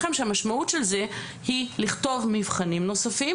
המשמעות של זה היא לכתוב מבחנים נוספים